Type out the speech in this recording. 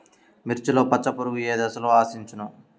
మిర్చిలో పచ్చ పురుగు ఏ దశలో ఆశించును?